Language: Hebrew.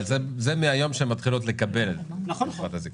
אבל זה מהיום שהן מתחילות לקבל את קצבת הזקנה.